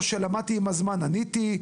או שלמדתי עם הזמן עניתי,